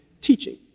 teaching